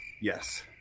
yes